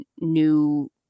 new